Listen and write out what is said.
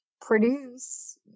produce